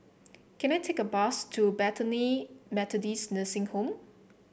can I take a bus to Bethany Methodist Nursing Home